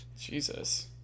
jesus